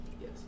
Yes